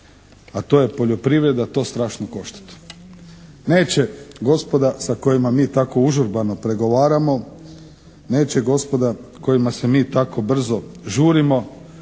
a to je poljoprivreda, to strašno koštati. Neće gospoda sa kojima mi tako užurbano pregovaramo, neće gospoda kojima se mi tako brzo žurimo